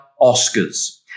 Oscars